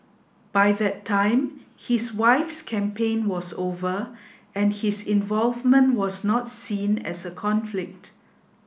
by that time his wife's campaign was over and his involvement was not seen as a conflict